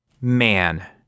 Man